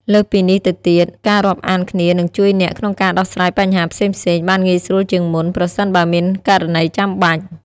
លើសពីនេះទៅទៀត ការរាប់អានគ្នានឹងជួយអ្នកក្នុងការដោះស្រាយបញ្ហាផ្សេងៗបានងាយស្រួលជាងមុន ប្រសិនបើមានករណីចាំបាច់។